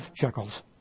shekels